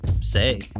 say